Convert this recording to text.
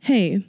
Hey